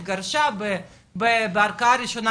התגרשה בערכאה ראשונה,